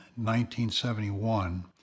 1971